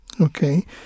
Okay